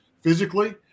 physically